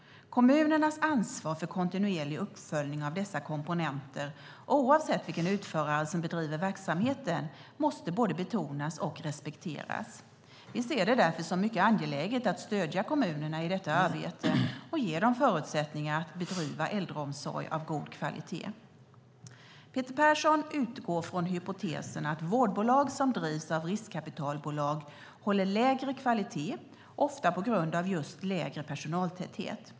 Kommunernas ansvar för kontinuerlig uppföljning av dessa komponenter, oavsett vilken utförare som bedriver verksamheten, måste både betonas och respekteras. Vi ser det därför som mycket angeläget att stödja kommunerna i detta arbete och ge dem förutsättningar att bedriva äldreomsorg av god kvalitet. Peter Persson utgår från hypotesen att vårdbolag som drivs av riskkapitalbolag håller lägre kvalitet, ofta på grund av just lägre personaltäthet.